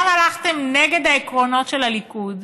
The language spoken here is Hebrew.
גם הלכתם נגד העקרונות של הליכוד